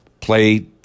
play